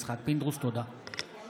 את הצעת חוק התאמת טפסים